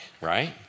right